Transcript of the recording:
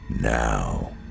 Now